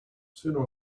sooner